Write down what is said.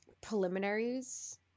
preliminaries